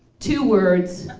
two words